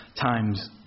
times